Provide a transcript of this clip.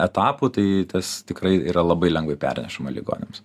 etapų tai tas tikrai yra labai lengvai pernešama ligoniams